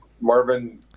marvin